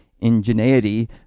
ingenuity